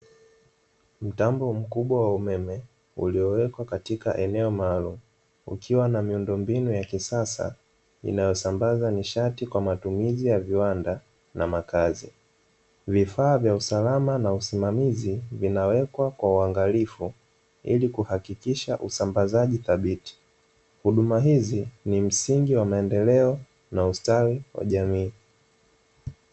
Mtambo mkubwa wa uemem uliowekwa katika eneo maalumu ukiwa na miundo mbinu ya kisasa unaosambaza nishati kwa matumizi ya viwanda na makazi, vifaa vya usalama vya usalama na usimamizi vinawekwa kwa uangalifu ili kuhakikisha usambazaji thabiti, huduma hizi ni msingi wa maendelo na ustawi wa jamii.